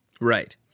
Right